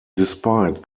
despite